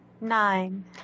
Nine